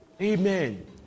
Amen